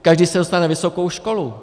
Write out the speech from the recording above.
Každý se dostane na vysokou školu.